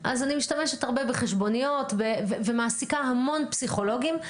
אז אני משתמשת הרבה בחשבוניות ומעסיקה המון פסיכולוגים.